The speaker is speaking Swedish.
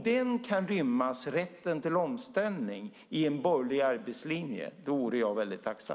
Om rätten till omställning kan rymmas i en borgerlig arbetslinje vore jag väldigt tacksam.